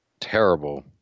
terrible